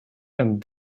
and